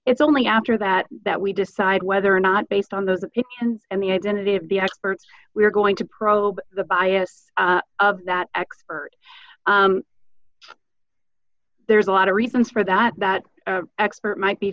it's only after that that we decide whether or not based on the can and the identity of the expert we are going to probe the bias of that expert there's a lot of reasons for that that expert might be